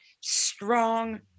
strong